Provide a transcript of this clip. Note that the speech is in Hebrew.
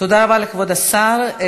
תודה רבה לכבוד השר.